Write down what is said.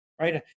right